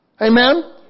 Amen